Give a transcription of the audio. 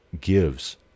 gives